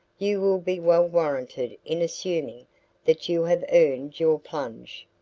you will be well warranted in assuming that you have earned your plunge.